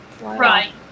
Right